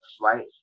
right